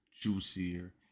Juicier